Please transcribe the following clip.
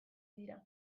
dira